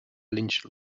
lynch